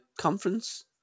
conference